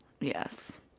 yes